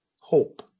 hope